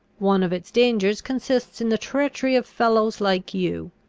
one of its dangers consists in the treachery of fellows like you.